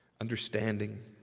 understanding